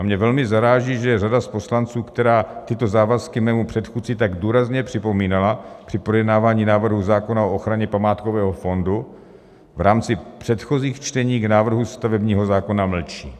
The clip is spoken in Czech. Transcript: Mě velmi zaráží, že je řada poslanců, která tyto závazky mému předchůdci tak důrazně připomínala při projednávání návrhu zákona o ochraně památkového fondu, a v rámci předchozích čtení k návrhu stavebního zákona mlčí.